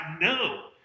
no